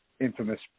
infamous